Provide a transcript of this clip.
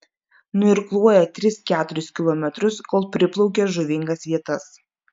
nuirkluoja tris keturis kilometrus kol priplaukia žuvingas vietas